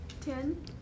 Ten